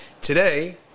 Today